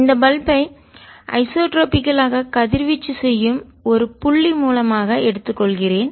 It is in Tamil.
இந்த பல்பை விளக்கை ஐசோட்ரோபிகலாக கதிர்வீச்சு செய்யும் ஒரு புள்ளி மூலமாக ஸோர்ஸ் ஆக எடுத்துக் கொள்கிறேன்